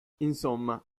insomma